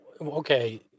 okay